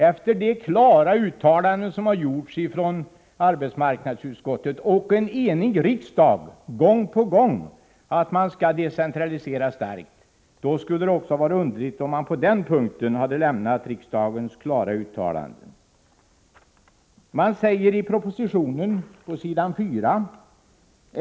Efter de klara uttalanden som gång på gång gjorts av arbetsmarknadsutskottet och av en enig riksdag att man skall decentralisera starkt skulle det vara underligt om man på denna punkt gått ifrån dessa riksdagens klara uttalanden.